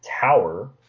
Tower